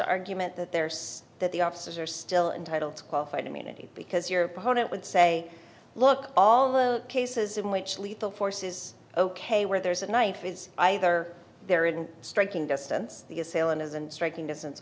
argument that there's that the officers are still entitled to qualified immunity because your opponent would say look all the cases in which lethal force is ok where there's a knife is either there in striking distance the assailant is and striking distance